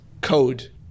code